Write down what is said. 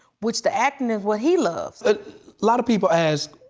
which the acting is what he loves. a lot of people ask,